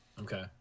Okay